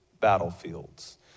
battlefields